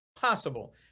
possible